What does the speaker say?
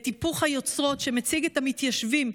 את היפוך היוצרות שמציג את המתיישבים,